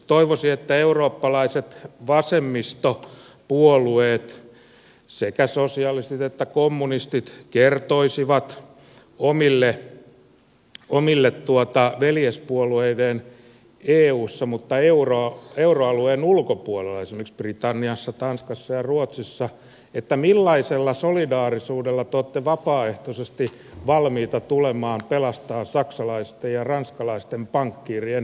toivoisin että eurooppalaiset vasemmistopuolueet sekä sosialistit että kommunistit kertoisivat omille veljespuolueilleen eussa mutta euroalueen ulkopuolella esimerkiksi britanniassa tanskassa ja ruotsissa millaisella solidaarisuudella te olette vapaaehtoisesti valmiita tulemaan pelastamaan saksalaisten ja ranskalaisten pankkiirien keinottelua